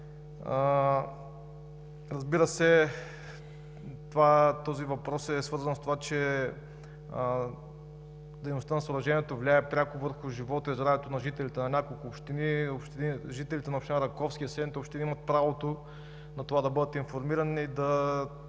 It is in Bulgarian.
Разбира се, този въпрос е свързан с това, че дейността на съоръжението влияе пряко върху живота и здравето на жителите на няколко общини. Жителите на град Раковски и съседните общини имат правото да бъдат информирани, да